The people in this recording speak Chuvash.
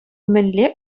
мӗнле